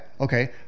okay